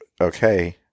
okay